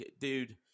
dude